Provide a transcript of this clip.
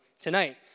tonight